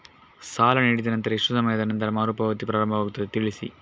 ಸಾಲ ನೀಡಿದ ನಂತರ ಎಷ್ಟು ಸಮಯದ ನಂತರ ಮರುಪಾವತಿ ಪ್ರಾರಂಭವಾಗುತ್ತದೆ ತಿಳಿಸಿ?